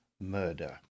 Murder